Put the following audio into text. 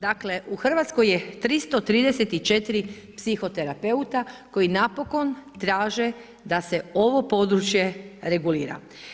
Dakle, u Hrvatskoj je 334 psihoterapeuta koji napokon traže da se ovo područje regulira.